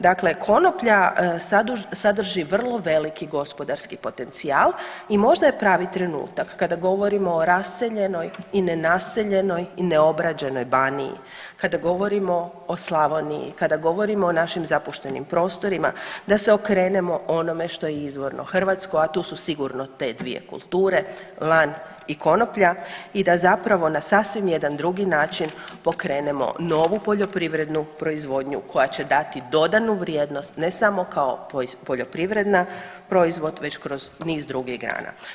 Dakle, konoplja sadrži vrlo veliki gospodarski potencijal i možda je pravi trenutak kada govorimo o raseljenoj i ne naseljenoj i neobrađenoj Baniji, kada govorimo o Slavoniji, kada govorimo o našim zapuštenim prostorima da se okrenemo onome što je izvorno hrvatsko, a tu su sigurno te dvije kulture lan i konoplja i da zapravo na sasvim jedan drugi način pokrenemo novu poljoprivrednu proizvodnju koja će dati dodanu vrijednost ne samo kao poljoprivredni proizvod nego kroz niz drugih grana.